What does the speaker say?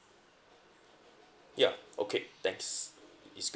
yup okay thanks it is great